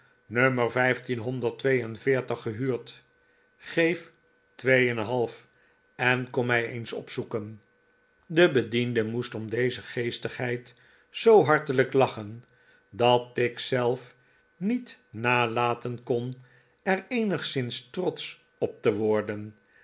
veertig gehuurd geef twee en een half en kom mij eens jopzoeken i de bediende moest omdeze geestigheid jzoo hartelijk lachen dat tigg zelf niet nallaten kon er eenigszins trotsch op te worden